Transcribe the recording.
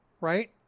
right